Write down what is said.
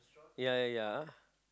ya ya ya